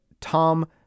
Tom